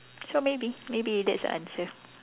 so maybe maybe that's the answer